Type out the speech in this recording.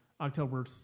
October